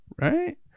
right